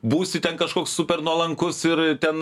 būsi ten kažkoks super nuolankus ir ten